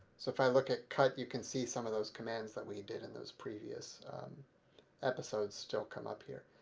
so if i look at cut you can see some of those commands that we did in those previous episodes still come up here.